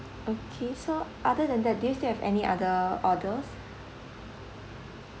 okay so other than that do you still have any other orders